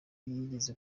yigeze